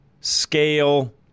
scale